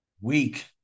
week